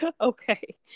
okay